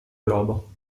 globo